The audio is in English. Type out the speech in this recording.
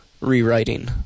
rewriting